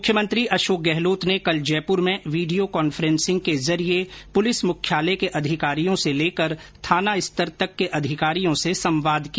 मुख्यमंत्री अशोक गहलोत ने कल जयपुर में वीडियो कॉफ्रेंन्सिंग के जरिए पुलिस मुख्यालय के अधिकारियों से लेकर थाना स्तर तक के अधिकारियों से संवाद किया